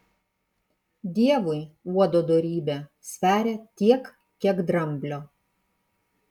dievui uodo dorybė sveria tiek kiek dramblio